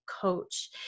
coach